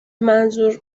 منظور